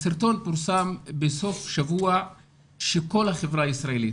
הסרטון פורסם בסוף שבוע כשכל החברה הישראלית,